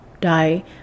die